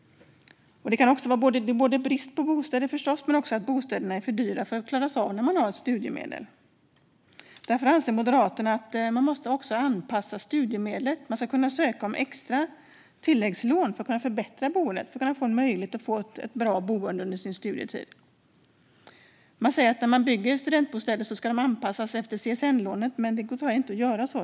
Det kan förstås handla om brist på bostäder, men det kan också handla om att bostäderna är för dyra för att man ska klara av dem när man har studiemedel. Därför anser Moderaterna att studiemedlet måste anpassas - man ska kunna ansöka om tilläggslån för att förbättra boendet och få en möjlighet till ett bra boende under sin studietid. Det sägs att studentbostäder ska anpassas efter CSN-lånet när de byggs, men det går tyvärr inte att göra så.